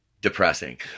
depressing